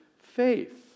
faith